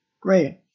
Great